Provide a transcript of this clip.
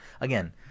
again